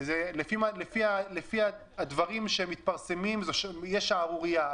לפי הדברים שמתפרסמים יש שערורייה.